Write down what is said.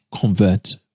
convert